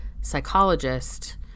psychologist